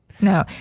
No